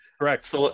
correct